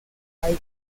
hay